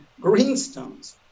greenstones